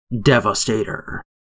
Devastator